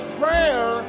prayer